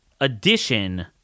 addition